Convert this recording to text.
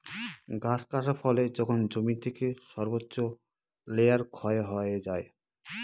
গাছ কাটার ফলে যখন জমি থেকে সর্বোচ্চ লেয়ার ক্ষয় হয়ে যায়